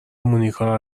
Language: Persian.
مونیکا